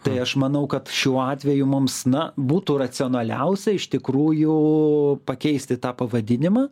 tai aš manau kad šiuo atveju mums na būtų racionaliausi iš tikrųjų pakeisti tą pavadinimą